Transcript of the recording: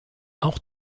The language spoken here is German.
auch